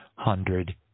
Hundred